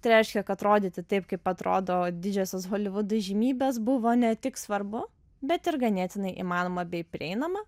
tai reiškia kad rodyti taip kaip atrodo didžiosios holivudo įžymybės buvo ne tik svarbu bet ir ganėtinai įmanoma bei prieinama